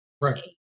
right